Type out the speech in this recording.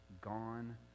gone